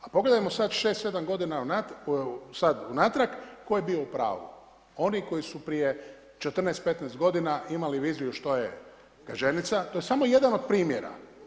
A pogledajmo sad 6, 7 godina sad unatrag tko je bio u pravu, oni koji su prije 14, 15 godina imali viziju što je Gaženica, to je samo jedan od primjera.